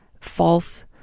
false